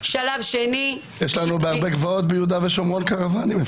בשלב השני --- יש לנו בהרבה גבעות ביהודה ושומרון קרוואנים,